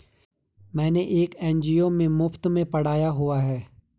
मैंने एक एन.जी.ओ में मुफ़्त में पढ़ाया हुआ है